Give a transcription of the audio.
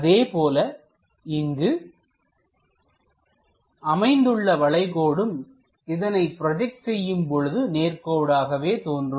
அதே போல இங்கு அமைந்துள்ள வளைகோடும் இதனை ப்ரொஜெக்ட் செய்யும் பொழுது நேர்கோடாகவே தோன்றும்